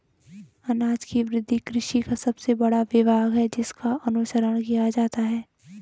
अनाज की वृद्धि कृषि का सबसे बड़ा विभाग है जिसका अनुसरण किया जाता है